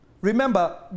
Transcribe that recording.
remember